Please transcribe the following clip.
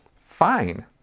fine